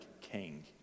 king